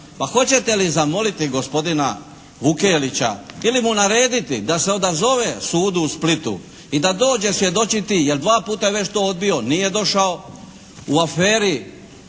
hoćete li zamoliti gospodina Vukelića ili mu narediti da se odazove sudu u Splitu i da dođe svjedočiti jer dva puta je već to odbio, nije došao, u aferi,